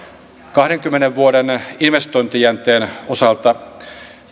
kahdenkymmenen vuoden investointijänteen osalta